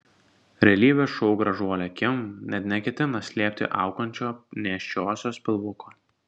realybės šou gražuolė kim net neketina slėpti augančio nėščiosios pilvuko